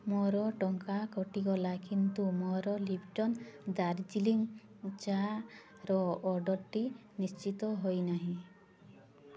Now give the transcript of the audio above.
ମୋର ଟଙ୍କା କଟିଗଲା କିନ୍ତୁ ମୋର ଲିପ୍ଟନ୍ ଦାର୍ଜିଲିଂ ଚାର ଅର୍ଡ଼ର୍ଟି ନିଶ୍ଚିତ ହୋଇନାହିଁ